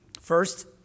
First